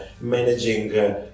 managing